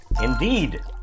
indeed